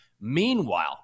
Meanwhile